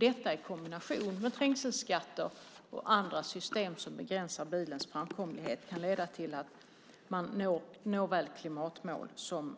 Detta i kombination med trängselskatter och andra system som begränsar bilens framkomlighet kan leda till att man såväl når klimatmål som